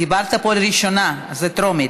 דיברת פה על ראשונה, זו טרומית.